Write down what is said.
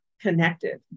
connected